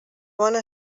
bona